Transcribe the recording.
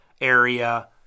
area